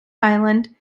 island